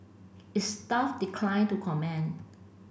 its staff declined to comment